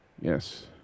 Yes